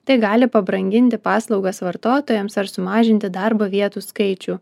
tai gali pabranginti paslaugas vartotojams ar sumažinti darbo vietų skaičių